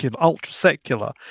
ultra-secular